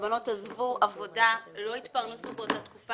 הבנות עזבו עבודה ולא התפרנסו באותה עת,